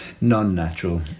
non-natural